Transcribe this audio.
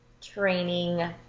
training